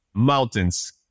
mountains